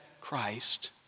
Christ